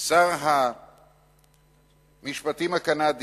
שר המשפטים הקנדי